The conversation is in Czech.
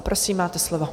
Prosím, máte slovo.